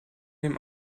dem